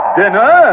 dinner